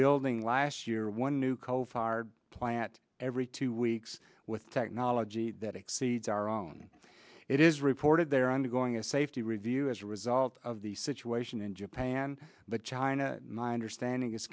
building last year one new coal fired plant every two weeks with technology that exceeds our own it is reported they are undergoing a safety review as a result of the situation in japan but china minder standing is